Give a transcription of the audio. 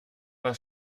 war